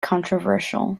controversial